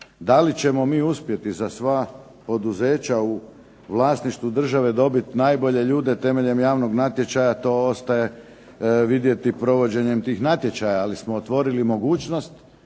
Da li ćemo mi uspjeti za sva poduzeća u vlasništvu države dobiti najbolje ljude temeljem javnog natječaja to ostaje vidjeti provođenjem tih natječaja. Ali smo otvorili mogućnost